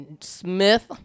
Smith